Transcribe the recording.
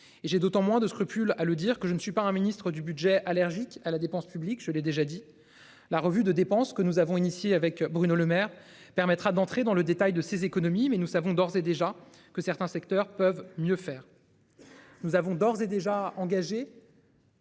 et j'ai d'autant moins de scrupules à le dire que je ne suis pas un ministre du Budget allergique à la dépense publique. Je l'ai déjà dit. La revue de dépenses que nous avons initiée avec Bruno Lemaire permettra d'entrer dans le détail de ces économies, mais nous savons d'ores et déjà que certains secteurs peuvent mieux faire. Nous avons d'ores et déjà engagés.